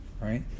right